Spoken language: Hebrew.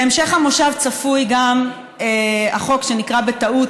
בהמשך המושב צפוי גם החוק שנקרא בטעות,